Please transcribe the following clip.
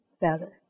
Better